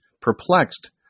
perplexed